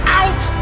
out